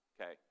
Okay